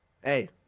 Hey